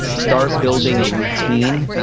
start building a routine,